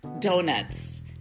donuts